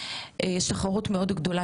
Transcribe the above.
יש תחרות מאוד גדולה,